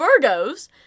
Virgos